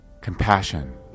compassion